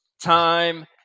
time